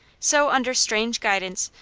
so, under strange guidance,